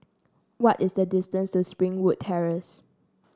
what is the distance to Springwood Terrace